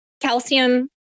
calcium